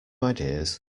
ideas